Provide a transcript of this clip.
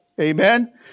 Amen